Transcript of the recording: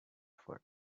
for